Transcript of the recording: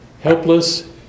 helpless